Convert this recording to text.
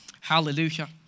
Hallelujah